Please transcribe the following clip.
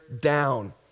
down